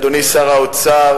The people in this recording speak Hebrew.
אדוני שר האוצר,